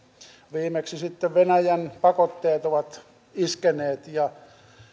viimeksi sitten venäjän pakotteet ovat iskeneet ja